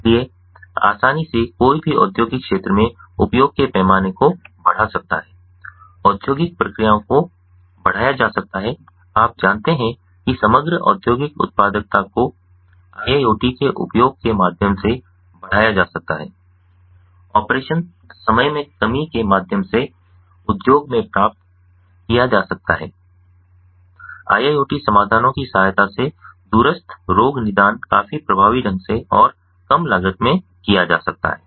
इसलिए आसानी से कोई भी औद्योगिक क्षेत्र में उपयोग के पैमाने को बढ़ा सकता है औद्योगिक प्रक्रियाओं को बढ़ाया जा सकता है आप जानते हैं कि समग्र औद्योगिक उत्पादकता को IIoT के उपयोग के माध्यम से बढ़ाया जा सकता है ऑपरेशन समय में कमी के माध्यम से उद्योग में प्राप्त किया जा सकता है IIoT समाधानों की सहायता से दूरस्थ रोग निदान काफी प्रभावी ढंग से और कम लागत में किया जा सकता है